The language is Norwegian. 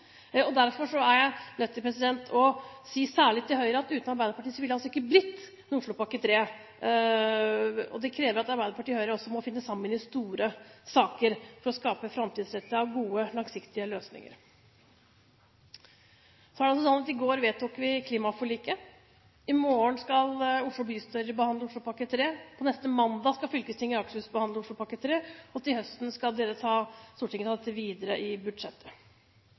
Derfor er jeg nødt til å si, særlig til Høyre, at uten Arbeiderpartiet ville det altså ikke blitt noen Oslopakke 3, og det krever at Arbeiderpartiet og Høyre også må finne sammen i store saker for å skape framtidsrettede og gode, langsiktige løsninger. I går vedtok vi klimaforliket. I morgen skal Oslo bystyre behandle Oslopakke 3. Neste mandag skal fylkestinget i Akershus behandle Oslopakke 3, og til høsten skal Stortinget ta dette videre i budsjettet.